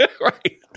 Right